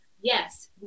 Yes